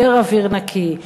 יותר אוויר נקי,